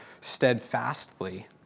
steadfastly